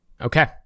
Okay